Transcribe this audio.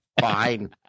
fine